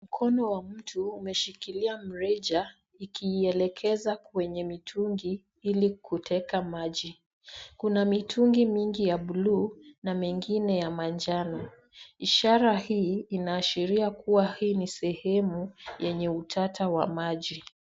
Mkono wa mtu umeshikilia mrija ikiielekeza kwenye mitungi ili kuteka maji. Kuna mitungi mingi ya blue na mengine ya manjano. Ishara hii inaashiria kuwa hii ni sehemu yenye utata wa maji.